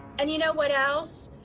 and you know what else?